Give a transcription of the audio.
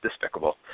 despicable